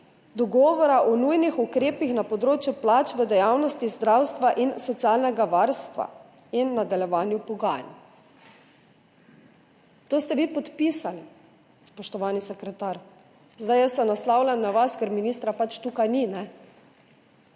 Dogovora o nujnih ukrepih na področju plač v dejavnosti zdravstva in socialnega varstva in nadaljevanju pogajanj. To ste vi podpisali, spoštovani sekretar. Jaz vas naslavljam, ker ministra pač ni tukaj. Pod